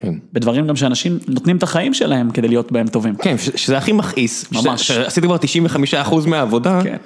בדברים גם שאנשים נותנים את החיים שלהם כדי להיות בהם טובים שזה הכי מכעיס 95% מהעבודה.